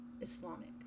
Islamic